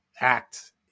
act